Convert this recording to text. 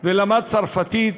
ולמד צרפתית,